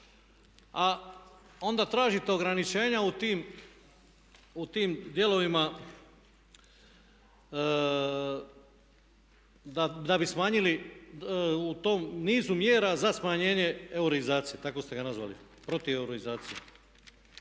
a onda tražite ograničenja u tim dijelovima da bi smanjili u tom nizu mjera za smanjenje eurizacije. Tako ste ga nazvali, protiv eurizacije.